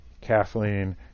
Kathleen